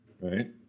right